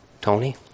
Tony